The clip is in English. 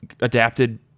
adapted